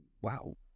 wow